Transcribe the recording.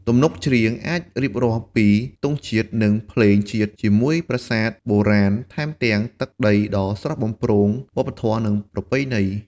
ទំនុកច្រៀងអាចរៀបរាប់ពី ទង់ជាតិ និងភ្លេងជាតិជាមួយប្រាសាទបុរាណ ថែមទាំងទឹកដីដ៏ស្រស់បំព្រង វប្បធម៌ និងប្រពៃណី។